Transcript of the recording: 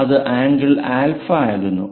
ഇത് ആംഗിൾ ആൽഫയാകുന്നു